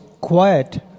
Quiet